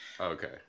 okay